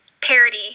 parody